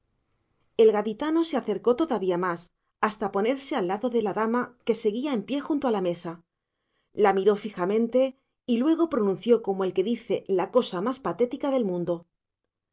el gaditano se acercó todavía más hasta ponerse al lado de la dama que seguía en pie junto a la mesa la miró fijamente y luego pronunció como el que dice la cosa más patética del mundo